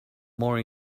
more